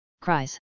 cries